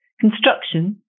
construction